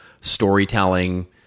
storytelling